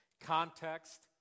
context